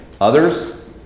others